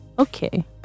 Okay